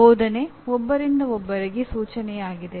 ಬೋಧನೆ ಒಬ್ಬರಿಂದ ಒಬ್ಬರಿಗೆ ಸೂಚನೆಯಾಗಿದೆ